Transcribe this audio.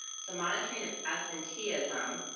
so monitoring of absenteeism,